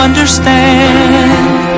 Understand